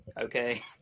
okay